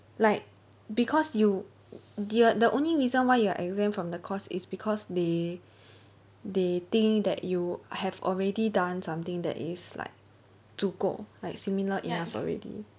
like because you the the only reason why you are exempt from the course is because they they think that you have already done something that is like 足够 like similar enough already